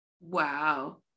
Wow